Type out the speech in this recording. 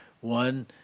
One